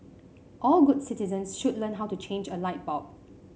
all good citizens should learn how to change a light bulb